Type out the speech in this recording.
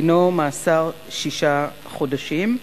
דינו מאסר שישה חודשים.